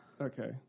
Okay